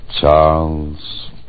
Charles